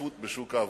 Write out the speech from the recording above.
השתתפות בשוק העבודה.